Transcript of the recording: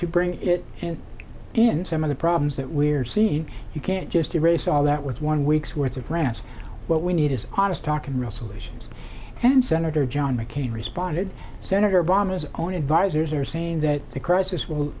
to bring it in and some of the problems that we're seeing you can't just erase all that with one week's worth of france what we need is honest talk and real solutions and senator john mccain responded senator obama's own advisers are saying that the crisis will